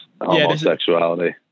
homosexuality